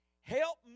Help